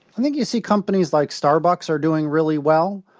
i think you see companies like starbucks are doing really well.